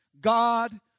God